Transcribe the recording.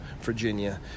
Virginia